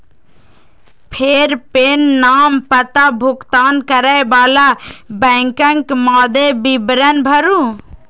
फेर पेन, नाम, पता, भुगतान करै बला बैंकक मादे विवरण भरू